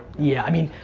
yeah, i mean,